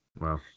Wow